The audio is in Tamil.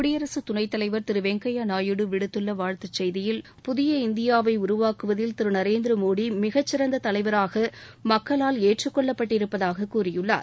குடியரசு துணைத்தலைவா் திரு வெங்கய்யா நாயுடு விடுத்துள்ள வாழ்த்துச் செய்தியில் புதிய இந்தியாவை உருவாக்குவதில் திரு நரேந்திரமோடி மக்களால் ஏற்றுக் கொள்ளப்பட்டிருப்பதாகக் கூறியுள்ளார்